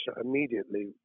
immediately